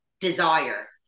desire